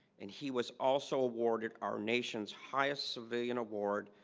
and he was also awarded our nation's highest civilian award,